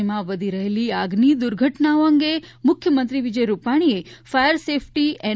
રાજ્યમાં વધી રહેલી આગની દુર્ઘટનાઓ અંગે મુખ્યમંત્રી વિજય રૂપાણીએ ફાયર સેફટી એન